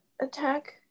attack